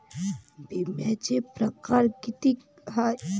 बिम्याचे परकार कितीक हाय?